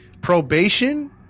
Probation